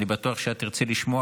אני בטוח שאת תרצי לשמוע.